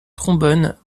trombone